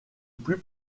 plus